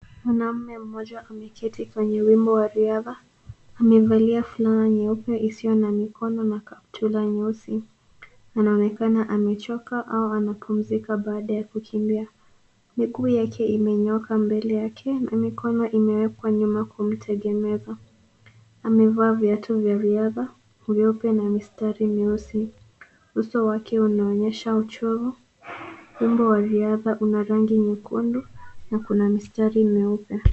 Mwanaume mmoja ameketi kwenye wimbo wa riadha. Amevali nyeupe isiyo na mikono na kaptura nyeusi. Anaonekana amechoka au anapumzika baada ya kukimbia. Miguu yake imenyooka mbele yake na mikono imewekwa nyuma kumtegemeza. Amevaa viatu vya riadha vieupe na mistari mieusi. Uso wake unaonyesha uchovu. Wimbo wa riadha una rangi nyekundu na kuna mistari mieupe.